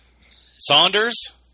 Saunders